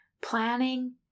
planning